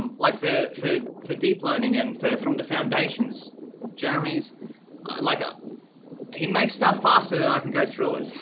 um like for for for deep learning and for from the foundations jeremy's like, ah he makes stuff faster than i can go through it.